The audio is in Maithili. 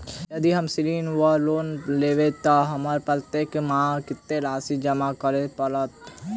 यदि हम ऋण वा लोन लेबै तऽ हमरा प्रत्येक मास कत्तेक राशि जमा करऽ पड़त?